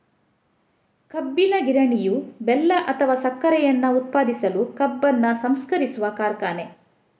ಕಬ್ಬಿನ ಗಿರಣಿಯು ಬೆಲ್ಲ ಅಥವಾ ಸಕ್ಕರೆಯನ್ನ ಉತ್ಪಾದಿಸಲು ಕಬ್ಬನ್ನು ಸಂಸ್ಕರಿಸುವ ಕಾರ್ಖಾನೆ